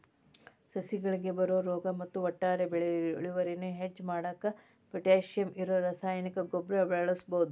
ಸಸಿಗಳಿಗೆ ಬರೋ ರೋಗ ಮತ್ತ ಒಟ್ಟಾರೆ ಬೆಳಿ ಇಳುವರಿಯನ್ನ ಹೆಚ್ಚ್ ಮಾಡಾಕ ಪೊಟ್ಯಾಶಿಯಂ ಇರೋ ರಾಸಾಯನಿಕ ಗೊಬ್ಬರ ಬಳಸ್ಬಹುದು